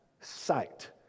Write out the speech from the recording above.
sight